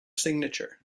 signature